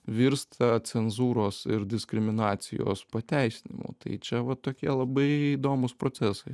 virsta cenzūros ir diskriminacijos pateisinimu tai čia va tokie labai įdomūs procesai